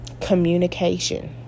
Communication